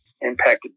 impacted